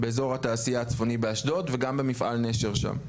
באזור התעשייה הצפוני באשדוד וגם במפעל נשר שם.